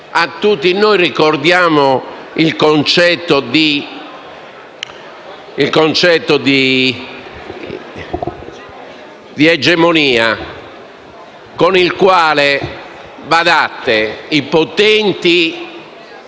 Tutti noi ricordiamo il concetto di egemonia con il quale i potenti